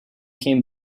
came